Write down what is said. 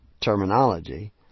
terminology